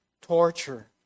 torture